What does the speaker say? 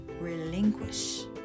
relinquish